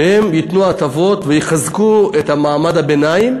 שהם ייתנו הטבות ויחזקו את מעמד הביניים,